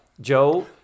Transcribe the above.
Joe